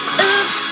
Oops